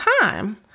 time